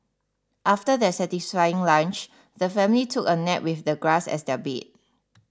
after their satisfying lunch the family took a nap with the grass as their bed